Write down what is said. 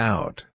Out